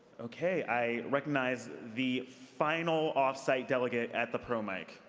okay. i recognize the final off-site delegate at the pro mic.